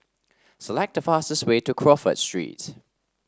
select the fastest way to Crawford Street